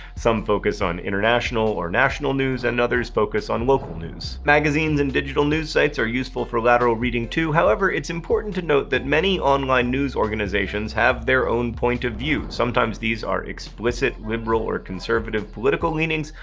some focus on international or national news and others focus on local news. magazines and digital news sites are useful for lateral reading, too. however it's important to note that many online news organizations have their own points of view. sometimes these are explicit liberal or conservative political leanings.